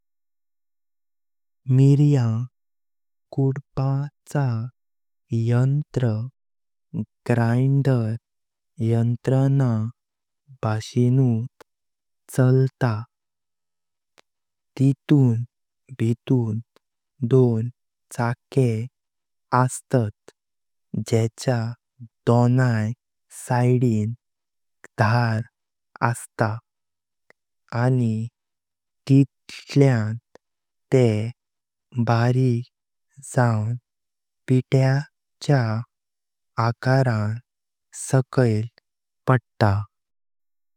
मिर्या कुटपाचो यन्त्र ग्राइंडर यन्त्रान भाषिणुत चलते। तितुं भितुं दोन चाके अस्तात जेच दोणाई सिदीक धार आस्ता आणी तितल्या तें बारिक जावन पिट्याचो आकारण साकाइँल पडता।